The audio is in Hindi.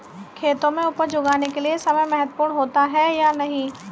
खेतों में उपज उगाने के लिये समय महत्वपूर्ण होता है या नहीं?